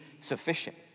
sufficient